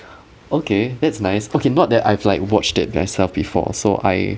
okay that's nice okay not that I've like watched it myself before so I